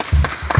Hvala